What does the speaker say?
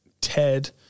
TED